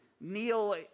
kneel